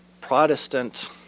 Protestant